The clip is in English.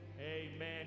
Amen